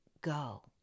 go